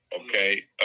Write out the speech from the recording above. okay